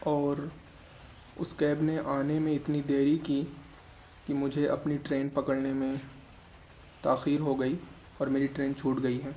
اور اس کیب نے آنے میں اتنی دیری کی کہ مجھے اپنی ٹرین پکڑنے میں تاخیر ہو گئی اور میری ٹرین چھوٹ گئی ہے